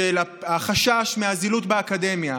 של החשש מהזילות באקדמיה.